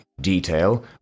detail